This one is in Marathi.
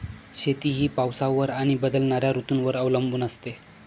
शेती ही पावसावर आणि बदलणाऱ्या ऋतूंवर अवलंबून असते